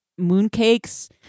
Mooncakes